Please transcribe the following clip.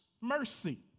mercy